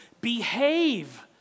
behave